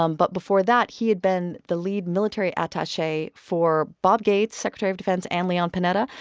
um but before that, he had been the lead military attache for bob gates, secretary of defense, and leon panetta,